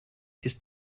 ist